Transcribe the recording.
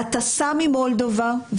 להטסה ממולדובה,